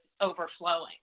overflowing